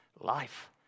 life